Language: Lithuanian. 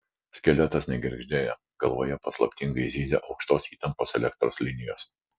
skeletas negirgždėjo galvoje paslaptingai zyzė aukštos įtampos elektros linijos